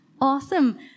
Awesome